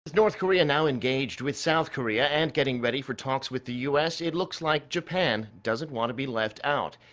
north korea now engaged with south korea and getting ready for talks with the u s, it looks like japan doesn't want to be left out.